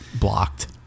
blocked